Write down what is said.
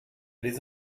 les